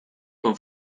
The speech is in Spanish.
con